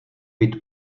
být